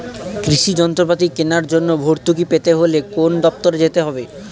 কৃষি যন্ত্রপাতি কেনার জন্য ভর্তুকি পেতে হলে কোন দপ্তরে যেতে হবে?